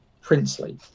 princely